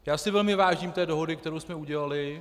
Já si velmi vážím dohody, kterou jsme udělali.